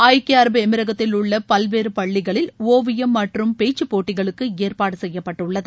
ஐக்கிய அரபு எமிரகத்திலுள்ள பல்வேறு பள்ளிகளில் ஓவியம் மற்றும் பேச்சுப் போட்டிகளுக்கு ஏற்பாடு செய்யப்பட்டுள்ளது